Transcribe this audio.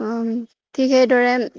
ঠিক সেইদৰে